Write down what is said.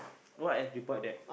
what I report that